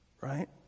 right